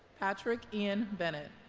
patrick ian bennett